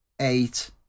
eight